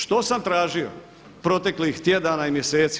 Što sam tražio proteklih tjedana i mjeseci?